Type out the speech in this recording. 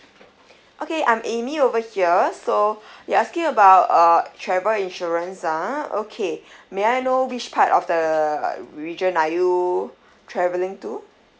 okay I'm amy over here so you're asking about uh travel insurance ah okay may I know which part of the region are you travelling to